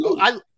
I-